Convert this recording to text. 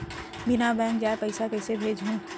बिना बैंक जाए पइसा कइसे भेजहूँ?